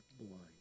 blind